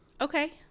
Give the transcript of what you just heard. Okay